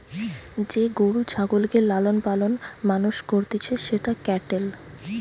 যে গরু ছাগলকে লালন পালন মানুষ করতিছে সেটা ক্যাটেল